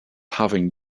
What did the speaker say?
having